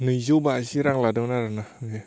नैजौ बाजि रां लादोंमोन आरो ना बियो